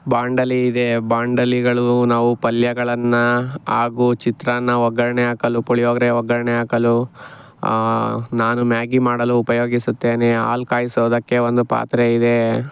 ಬಾಂಡಲೆಯಿದೆ ಬಾಂಡಲೆಗಳು ನಾವು ಪಲ್ಯಗಳನ್ನು ಹಾಗೂ ಚಿತ್ರಾನ್ನ ಒಗ್ಗರಣೆ ಹಾಕಲು ಪುಳಿಯೋಗರೆ ಒಗ್ಗರಣೆ ಹಾಕಲು ನಾನು ಮ್ಯಾಗಿ ಮಾಡಲು ಉಪಯೋಗಿಸುತ್ತೇನೆ ಹಾಲು ಕಾಯಿಸೋದಕ್ಕೆ ಒಂದು ಪಾತ್ರೆ ಇದೆ